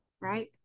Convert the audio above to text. Right